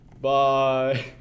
Bye